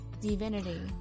Divinity